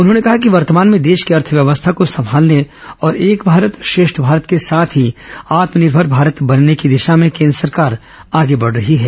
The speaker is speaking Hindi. उन्होंने कहा कि वर्तमान में देश की अर्थव्यवस्था को संभालने समानता की और एक भारत श्रेष्ठ भारत के साथ ही आत्मनिर्भर भारत बनने की दिशा में केन्द्र सरकार आगे बढ़ रही है